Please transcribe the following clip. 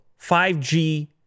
5g